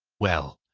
well!